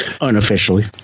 Unofficially